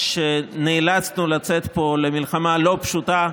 שנאלצנו לצאת בגללה למלחמה לא פשוטה,